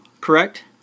correct